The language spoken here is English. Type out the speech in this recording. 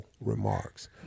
remarks